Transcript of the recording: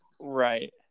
Right